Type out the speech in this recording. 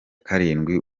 karindwi